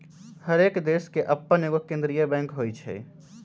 हरेक देश के अप्पन एगो केंद्रीय बैंक होइ छइ